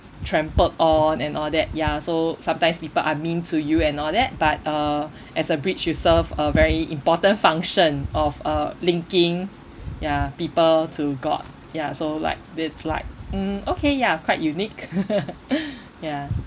trampled on and all that ya so sometimes people are mean to you and all that but uh as a bridge you serve a very important function of uh linking ya people to god ya so like it's like mm okay ya quite unique ya